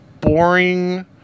boring